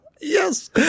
Yes